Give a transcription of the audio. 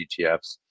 etfs